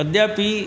अद्यापि